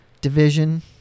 division-